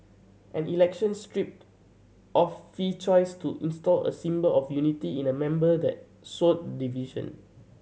an election stripped of fee choice to install a symbol of unity in a member that sowed division